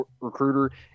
recruiter